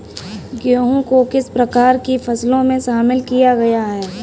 गेहूँ को किस प्रकार की फसलों में शामिल किया गया है?